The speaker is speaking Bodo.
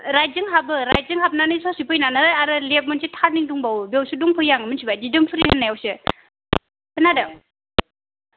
राइटजों हाबो राइटजों हाबनानै ससे फैनानै आरो लेफ्ट मोनसे टार्निं दंबावो बेयावसो दंफैयो आं मिन्थिबाय दिदोमफुरि होननायावसो खोनादों